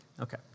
okay